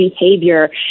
behavior